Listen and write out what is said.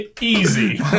easy